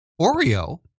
Oreo